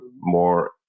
more